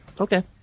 Okay